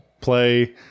play